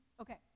Okay